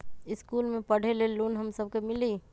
इश्कुल मे पढे ले लोन हम सब के मिली?